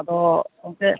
ᱟᱫᱚ ᱚᱱᱛᱮ